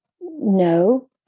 no